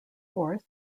forth